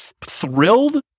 thrilled